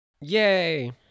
Yay